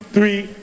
Three